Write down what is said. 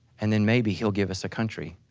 and then maybe he'll give us a country,